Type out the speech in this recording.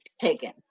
taken